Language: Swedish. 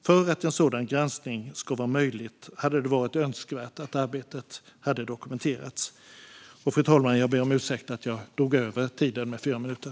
För att en sådan granskning ska vara möjlig hade det varit önskvärt att arbetet hade dokumenterats. Fru talman! Jag ber om ursäkt för att jag drog över min talartid med flera minuter.